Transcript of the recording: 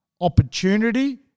opportunity